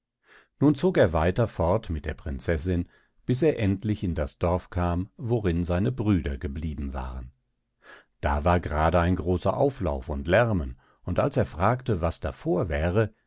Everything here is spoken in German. nun zog er weiter fort mit der prinzessin bis er endlich in das dorf kam worin seine brüder geblieben waren da war gerade ein großer auflauf und lärmen und als er fragte was da vorwäre